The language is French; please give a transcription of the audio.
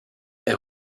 est